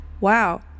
Wow